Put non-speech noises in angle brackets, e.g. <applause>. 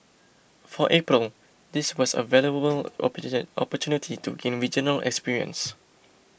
for April this was a valuable <unintelligible> opportunity to gain regional experience